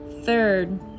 third